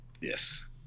Yes